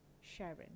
Sharon